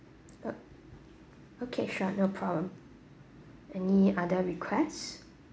oh okay sure no problem any other request